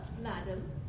madam